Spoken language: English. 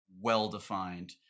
well-defined